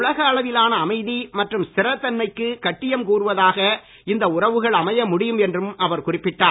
உலக அளவிலான அமைதி மற்றும் ஸ்திரத் தன்மைக்கு கட்டியம் கூறுவதாக இந்த உறவுகள் அமைய முடியும் என்றும் அவர் குறிப்பிட்டார்